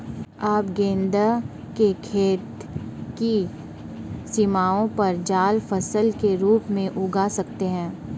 आप गेंदा को खेत की सीमाओं पर जाल फसल के रूप में उगा सकते हैं